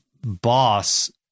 Boss